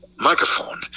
microphone